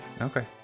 okay